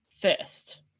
first